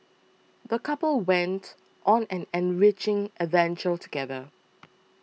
the couple went on an enriching adventure together